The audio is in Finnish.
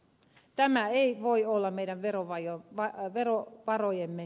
tämä ei voi olla meidän verovarojemme käyttötarkoitus